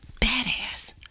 badass